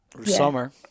summer